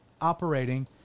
operating